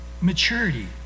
maturity